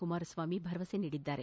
ಕುಮಾರಸ್ವಾಮಿ ಭರವಸೆ ನೀಡಿದ್ದಾರೆ